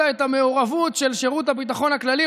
את המעורבות של שירות הביטחון הכללי.